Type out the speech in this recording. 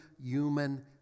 human